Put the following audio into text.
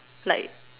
like